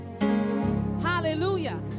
Hallelujah